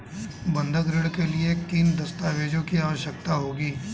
बंधक ऋण के लिए किन दस्तावेज़ों की आवश्यकता होगी?